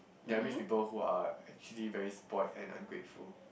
they are rich people who are actually very spoiled and ungrateful